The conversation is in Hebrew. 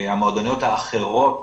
המועדוניות האחרות